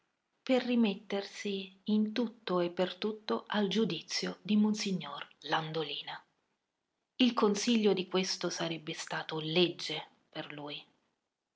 per rimettersi in tutto e per tutto al giudizio di monsignor landolina il consiglio di questo sarebbe stato legge per lui